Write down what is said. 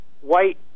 white